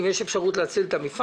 אם יש פה אפשרות להציל את המפעל.